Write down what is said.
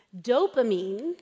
Dopamine